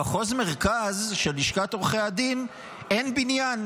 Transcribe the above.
למחוז מרכז של לשכת עורכי הדין אין בניין,